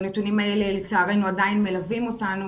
והנתונים האלה לצערנו עדיין מלווים אותנו.